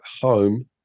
home